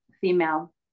female